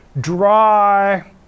dry